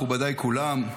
מכובדיי כולם,